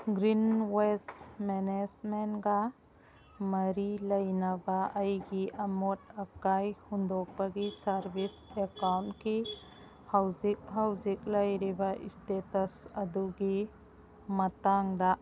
green waste ꯃꯦꯅꯦꯁꯃꯦꯟꯒ ꯃꯔꯤ ꯂꯩꯅꯕ ꯑꯩꯒꯤ ꯑꯃꯣꯠ ꯑꯀꯥꯏ ꯍꯨꯟꯗꯣꯛꯄꯒꯤ ꯁꯥꯔꯕꯤꯁ ꯑꯦꯛꯀꯥꯎꯟꯒꯤ ꯍꯧꯖꯤꯛ ꯍꯧꯖꯤꯛ ꯂꯩꯔꯤꯕ ꯏꯁꯇꯦꯇꯁ ꯑꯗꯨꯒꯤ ꯃꯇꯥꯡꯗ